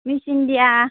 miss India